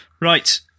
Right